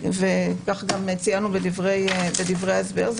כך גם ציינו בדברי ההסבר,